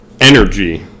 Energy